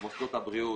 למוסדות הבריאות